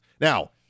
Now